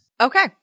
Okay